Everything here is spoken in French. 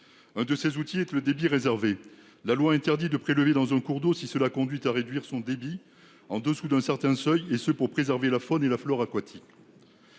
Un de ces outils et le débit réservé la loi interdit de prélever dans un cours d'eau si cela conduit à réduire son débit en dessous d'un certain seuil, et ce pour préserver la faune et la flore aquatique.